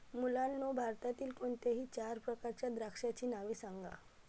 मुलांनो भारतातील कोणत्याही चार प्रकारच्या द्राक्षांची नावे सांगा